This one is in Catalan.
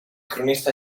cronista